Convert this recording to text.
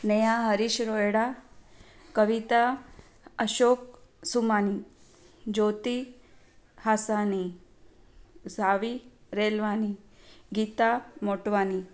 Neha Harish Rohina Kavita Ashok Sumani Jyoti Hasani Savi Relwani Geeta Motwani